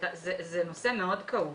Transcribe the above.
זה נושא מאוד כאוב.